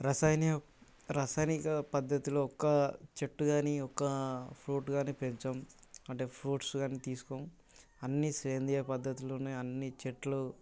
రసాయనిక రసాయనిక పద్ధతిలో ఒక్క చెట్టు కానీ ఒక్క ఫ్రూట్ కానీ పెంచము అంటే ఫ్రూట్స్ కానీ తీసుకోము అన్నీ సేంద్రియ పద్ధతిలోనే అన్ని చెట్లు